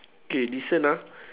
K listen ah